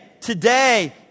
today